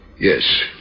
Yes